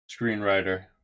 screenwriter